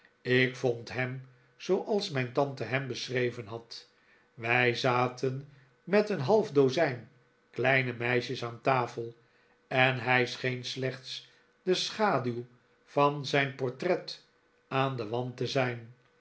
ik vond hem zooals rnijh tante hem beschreven had wij zaten met een half dozijn kleine meisjes aan tafel en hij scheen slechts de schaduw van zijn portret aan den wand te zijn